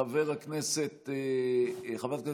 חברת הכנסת פלוסקוב.